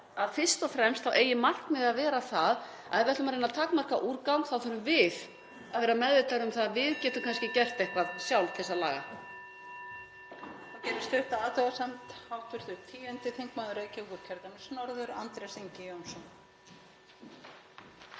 að fyrst og fremst eigi markmiðið að vera það, ef við ætlum að reyna að takmarka úrgang, að við þurfum að vera meðvitaðri um að við getum kannski gert eitthvað sjálf til að laga.